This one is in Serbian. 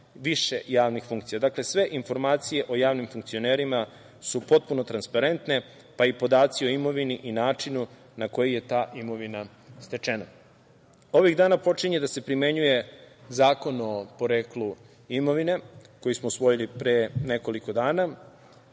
više javnih funkcija. Dakle, sve informacije o javnim funkcionerima su potpuno transparentne, pa i podaci o imovini i načinu na koji je ta imovina stečena. Ovih dana počinje da se primenjuje Zakon o poreklu imovine koji smo usvojili pre nekoliko dana.